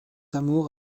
amour